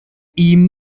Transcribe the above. ihm